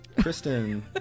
Kristen